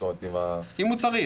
אם הוא צריך.